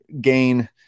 gain